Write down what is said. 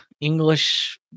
English